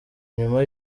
nyuma